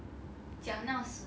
expensive like singapore